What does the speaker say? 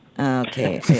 Okay